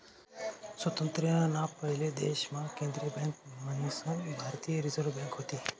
स्वातंत्र्य ना पयले देश मा केंद्रीय बँक मन्हीसन भारतीय रिझर्व बँक व्हती